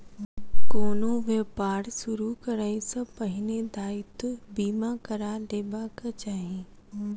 कोनो व्यापार शुरू करै सॅ पहिने दायित्व बीमा करा लेबाक चाही